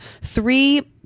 three